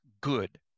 good